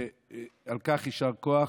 ועל כך יישר כוח,